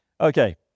Okay